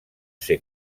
ser